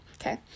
Okay